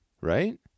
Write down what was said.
right